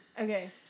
okay